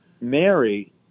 Mary